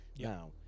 Now